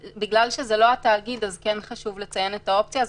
בגלל שזה לא התאגיד אז כן חשוב לציין את האופציה הזאת,